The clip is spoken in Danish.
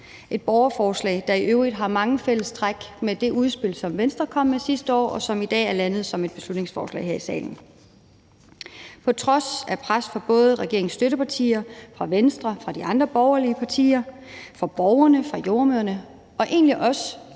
et borgerforslag, der i øvrigt har mange fællestræk med det udspil, som Venstre kom med sidste år, og som i dag er landet som et beslutningsforslaget her i salen. På trods af pres fra både regeringens støttepartier, fra Venstre, fra de andre borgerlige partier, fra borgerne, fra jordemødrene og egentlig også